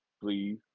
please